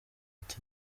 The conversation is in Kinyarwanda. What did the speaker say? ati